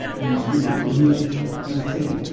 and you couldn't hear a thing,